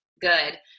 good